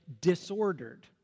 disordered